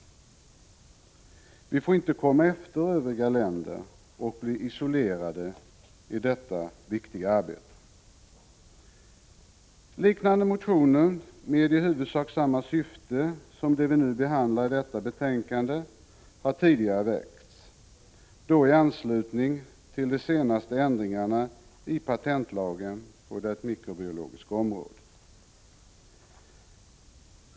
Vi får inte komma efter övriga länder och bli isolerade i detta viktiga arbete. Liknande motioner med i huvudsak samma syfte som de vi nu behandlar i detta betänkande har tidigare väckts, då i anslutning till de senaste ändringarna i patentlagen på det mikrobiologiska området.